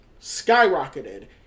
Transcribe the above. skyrocketed